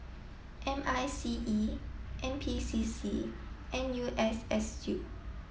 M I C E N P C C and N U S S U